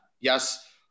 Yes